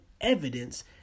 evidence